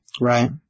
Right